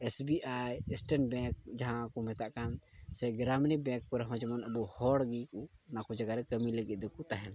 S B I state bank ᱡᱟᱦᱟᱸ ᱠᱚ ᱢᱮᱛᱟᱫ ᱠᱟᱱ ᱥᱮ ᱜᱨᱟᱢᱤᱱᱤ ᱵᱮᱝᱠ ᱠᱚᱨᱮ ᱦᱚᱸ ᱡᱮᱢᱚᱱ ᱟᱵᱚ ᱦᱚᱲ ᱜᱮ ᱚᱱᱟ ᱠᱚ ᱡᱟᱭᱜᱟ ᱨᱮ ᱠᱟᱹᱢᱤ ᱞᱟᱹᱜᱤᱫ ᱫᱚᱠᱚ ᱛᱟᱦᱮᱱᱟ